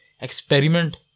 experiment